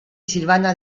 silvana